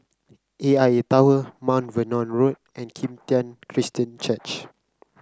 A I A Tower Mount Vernon Road and Kim Tian Christian Church